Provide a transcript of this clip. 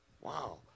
Wow